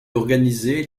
organisée